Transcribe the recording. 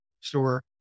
store